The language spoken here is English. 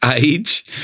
age